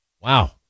Wow